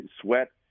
sweat